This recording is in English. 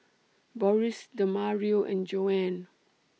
Boris Demario and Joanne